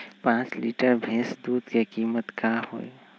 पाँच लीटर भेस दूध के कीमत का होई?